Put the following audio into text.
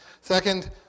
Second